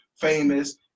famous